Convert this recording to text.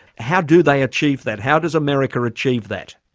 how do they achieve that? how does america achieve that?